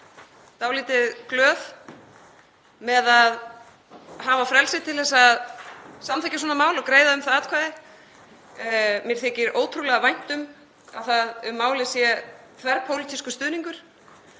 dálítið glöð með að hafa frelsi til að samþykkja svona mál og greiða um það atkvæði. Mér þykir ótrúlega vænt um að um málið sé þverpólitískur stuðningur